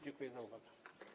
Dziękuję za uwagę.